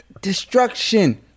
destruction